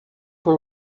por